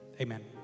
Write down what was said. Amen